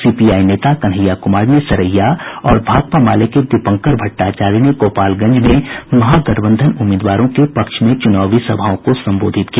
CPI नेता कन्हैया कुमार ने सरैया और भाकपा माले के दीपांकर भट्टाचार्य ने गोपालगंज में महागठबंधन उम्मीदवारों के पक्ष में चुनावी सभाओं को संबोधित किया